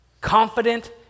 Confident